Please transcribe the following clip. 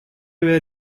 were